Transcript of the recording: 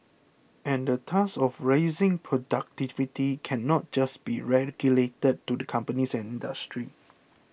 and the task of raising productivity cannot just be relegated to the companies and industry